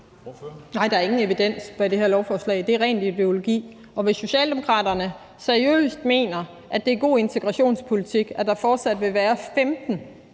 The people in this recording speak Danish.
Nej, der er ingen evidens bag det her lovforslag; det er ren ideologi. Og hvis Socialdemokraterne seriøst mener, at det er god integrationspolitik, at der fortsat vil være 15